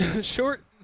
short